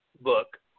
book